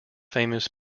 famous